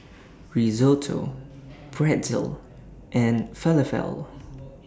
Risotto Pretzel and Falafel